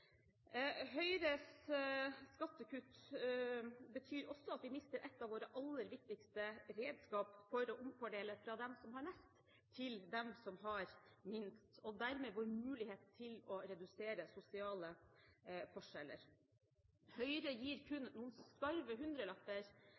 Høyres skattekutt betyr også at vi mister et av våre aller viktigste redskaper for å omfordele fra dem som har mest, til dem som har minst, og dermed vår mulighet til å redusere sosiale forskjeller. Høyre gir kun